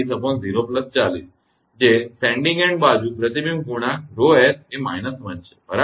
તેથી 0−40040 જે sending end બાજુ પ્રતિબિંબ ગુણાંક 𝜌𝑠 એ −1 છે બરાબર